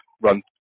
run